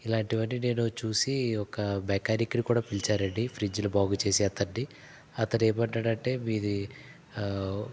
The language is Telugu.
ఇలాంటివన్నీ నేను చూసి ఒక మెకానిక్ను కూడా పిలిచానండి ఫ్రిడ్జ్లు బాగు చేసే అతన్ని అతను ఏమన్నాడంటే మీది